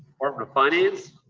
department of finance.